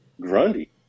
grundy